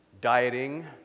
dieting